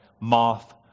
moth